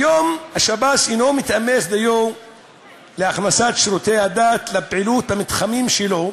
כיום השב"ס אינו מתאמץ דיו להכנסת שירותי הדת לפעילות במתחמים שלו,